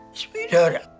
Sweetheart